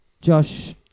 Josh